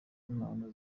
impano